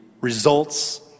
results